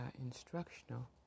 instructional